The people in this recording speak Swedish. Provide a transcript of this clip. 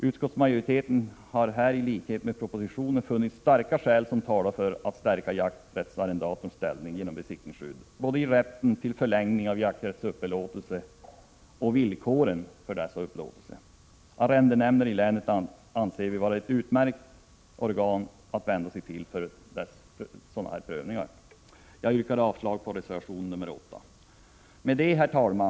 Utskottsmajoriteten har här i likhet med propositionen funnit starka skäl som talar för att stärka jakträttsarrendatorernas ställning genom besittningsskydd, både i rätten till förlängning av jakträttsupplåtelser och i villkoren för fortsatt upplåtelse. Utskottet anser arrendenämnderna i länen vara utmärkta organ att vända sig till för prövning. Jag yrkar avslag på reservation 8. Herr talman!